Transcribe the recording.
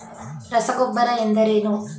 ರಸಗೊಬ್ಬರ ಎಂದರೇನು?